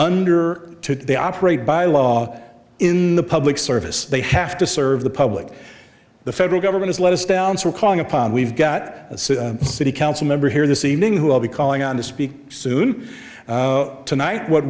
under they operate by law in the public service they have to serve the public the federal government is let us down so we're calling upon we've got a city council member here this evening who will be calling on to speak soon tonight what